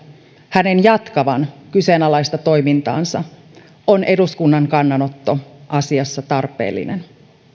hänen jatkavan kyseenalaista toimintaansa on eduskunnan kannanotto asiassa tarpeellinen